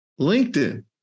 LinkedIn